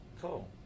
cool